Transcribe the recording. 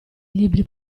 libri